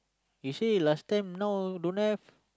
you say last time now don't have